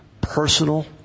personal